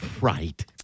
right